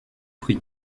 prix